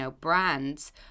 brands